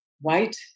white